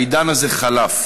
העידן הזה חלף,